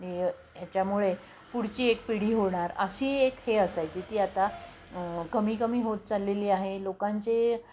य याच्यामुळे पुढची एक पिढी होणार अशी एक हे असायची ती आता कमी कमी होत चाललेली आहे लोकांचे